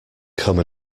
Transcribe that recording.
come